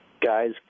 guys